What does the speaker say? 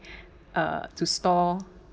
uh to store